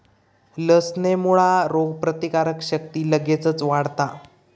लसणेमुळा रोगप्रतिकारक शक्ती लगेच वाढता